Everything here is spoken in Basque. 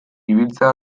ibiltzea